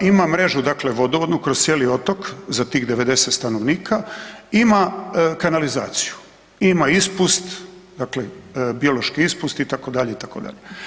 Ima mrežu dakle vodovodnu kroz cijeli otok za tih 90 stanovnika, ima kanalizaciju, ima ispust dakle biološki ispust itd., itd.